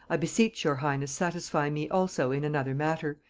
i beseech your highness satisfy me also in another matter,